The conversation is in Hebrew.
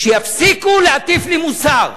שיפסיקו להטיף לי מוסר,